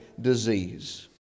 disease